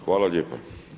Hvala lijepa.